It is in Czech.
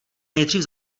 nejdřív